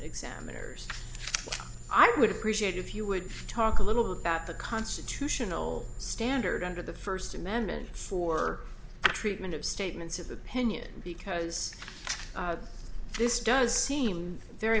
examiners i would appreciate if you would talk a little about the constitutional standard under the first amendment for treatment of statements of opinion because this does seem very